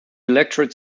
electrode